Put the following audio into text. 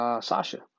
Sasha